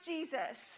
Jesus